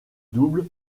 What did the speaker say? double